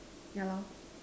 yeah lah